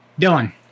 Dylan